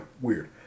weird